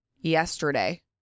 yesterday